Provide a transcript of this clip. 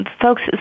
folks